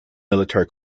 military